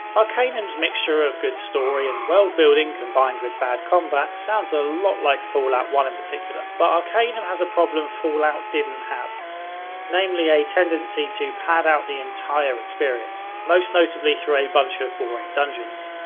arcanum's mixture of good story and worldbuilding, combined with bad combat, sounds a lot like fallout one in particular, but arcanum ah kind of has a problem fallout didn't have namely a tendency to pad out the entire experience, most notably through a bunch of boring dungeons.